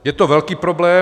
Je to velký problém.